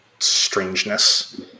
strangeness